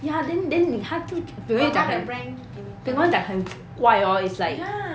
ya then then n~ t~ b~ bing wen 讲很怪 hor it's like